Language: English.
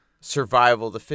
Survival